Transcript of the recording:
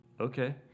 okay